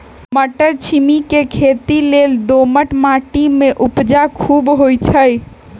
मट्टरछिमि के खेती लेल दोमट माटी में उपजा खुब होइ छइ